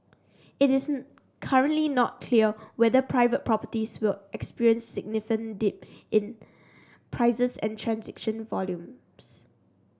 it is currently not clear whether private properties will experience significant dip in prices and transaction volumes